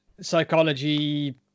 psychology